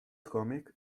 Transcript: comic